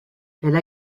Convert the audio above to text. elle